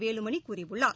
வேலுமணிகூறியுள்ளார்